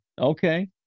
Okay